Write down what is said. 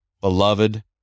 Beloved